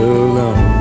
alone